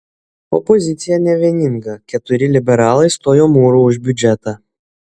opozicija nevieninga keturi liberalai stojo mūru už biudžetą